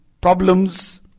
problems